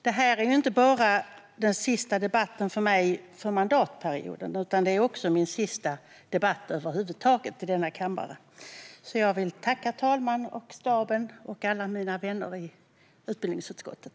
Detta är inte bara min sista debatt för mandatperioden. Det är också min sista debatt över huvud taget i denna kammare. Jag vill därför tacka talmannen, staben och alla mina vänner i utbildningsutskottet.